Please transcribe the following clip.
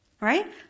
right